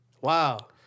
Wow